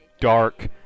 dark